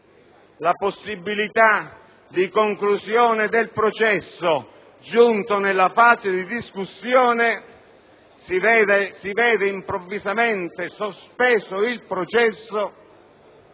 la possibilità di conclusione del processo, giunto nella fase di discussione, si vede improvvisamente sospeso il processo,